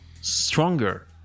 stronger